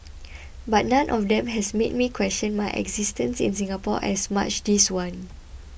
but none of them has made me question my existence in Singapore as much this one